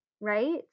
right